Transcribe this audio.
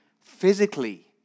physically